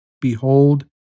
behold